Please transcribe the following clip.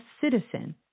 citizen